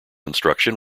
instruction